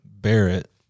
Barrett